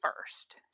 first